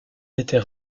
était